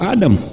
Adam